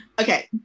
Okay